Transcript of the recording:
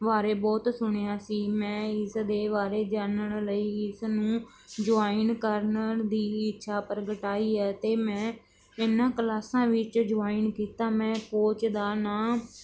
ਬਾਰੇ ਬਹੁਤ ਸੁਣਿਆ ਸੀ ਮੈਂ ਇਸ ਦੇ ਬਾਰੇ ਜਾਨਣ ਲਈ ਇਸ ਨੂੰ ਜੁਆਇਨ ਕਰਨ ਦੀ ਇੱਛਾ ਪ੍ਰਗਟਾਈ ਹੈ ਅਤੇ ਮੈਂ ਇਹਨਾਂ ਕਲਾਸਾਂ ਵਿੱਚ ਜੁਆਇਨ ਕੀਤਾ ਮੈਂ ਕੋਚ ਦਾ ਨਾਂ